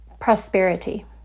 prosperity